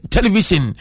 Television